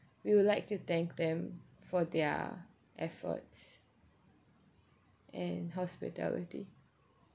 we would like to thank them for their efforts and hospitality